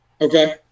Okay